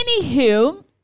Anywho